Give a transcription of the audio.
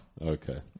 Okay